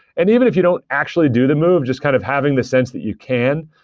and even if you don't actually do the move, just kind of having the sense that you can,